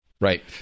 Right